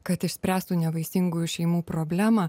kad išspręstų nevaisingų šeimų problemą